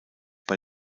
bei